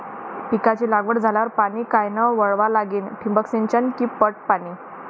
पिकाची लागवड झाल्यावर पाणी कायनं वळवा लागीन? ठिबक सिंचन की पट पाणी?